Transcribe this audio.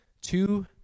two